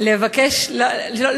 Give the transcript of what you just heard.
אין עליו.